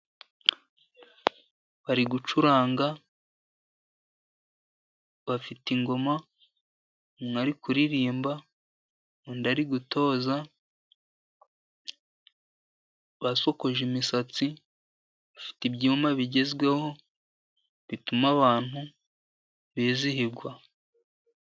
Bari gucuranga bafite ingoma umwe ari kuririmba, undi ari gutoza, basokoje imisatsi bafite ibyuma bigezweho bituma abantu bizihirwa.